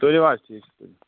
تُلِو حظ ٹھیٖک چھُ تُلِو